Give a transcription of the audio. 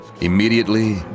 Immediately